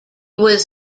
was